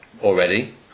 already